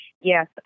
Yes